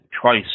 twice